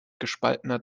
gespaltener